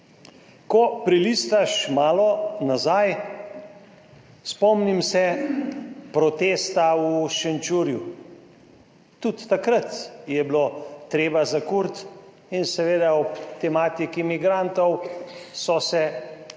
Ko prelistaš malo nazaj, spomnim se protesta v Šenčurju, tudi takrat je bilo treba zakuriti in seveda ob tematiki migrantov so se